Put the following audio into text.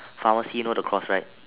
pharmacy you know the cross right